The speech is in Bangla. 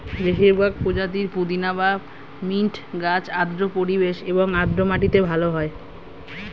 বেশিরভাগ প্রজাতির পুদিনা বা মিন্ট গাছ আর্দ্র পরিবেশ এবং আর্দ্র মাটিতে ভালো হয়